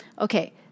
Okay